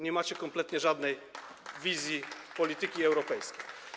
Nie macie kompletnie żadnej wizji polityki europejskiej.